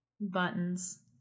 buttons